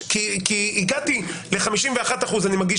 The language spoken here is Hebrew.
ודאי שאם יש ראיה מזכה